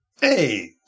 Hey